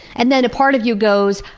and then a part of you goes,